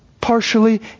partially